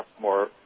more